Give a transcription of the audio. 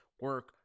Work